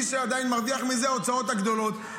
מי שעדיין מרוויח מזה הוא ההוצאות הגדולות.